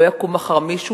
לא יקום מחר מישהו,